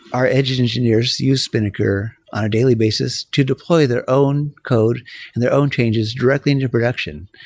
our edge engineers use spinnaker on a daily basis to deploy their own code and their own changes directly into production,